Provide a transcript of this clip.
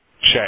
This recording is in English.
check